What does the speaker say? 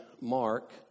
Mark